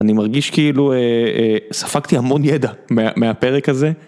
אני מרגיש כאילו, ספגתי המון ידע מהפרק הזה.